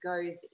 goes